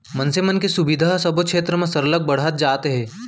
मनसे मन के सुबिधा ह सबो छेत्र म सरलग बढ़त जात हे